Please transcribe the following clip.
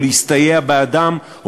או להסתייע באדם,